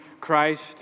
Christ